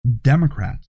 Democrats